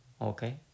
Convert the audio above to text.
Okay